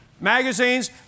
magazines